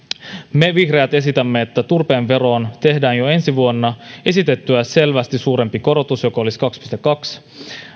me vihreät esitämme että turpeen veroon tehdään jo ensi vuonna esitettyä selvästi suurempi korotus joka olisi kaksi pilkku kaksi